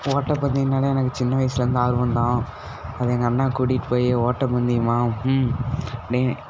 ஓட்டப் பந்தயம்னாலே எனக்கு சின்ன வயசில் இருந்து ஆர்வம்தான் அது எங்கள் அண்ணா கூட்டிகிட்டுப் போய் ஓட்ட பந்தயமா ம் டேய்